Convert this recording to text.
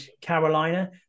Carolina